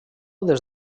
des